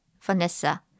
Vanessa